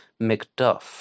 McDuff